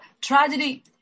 tragedy